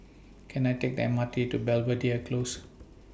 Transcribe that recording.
Can I Take The M R T to Belvedere Close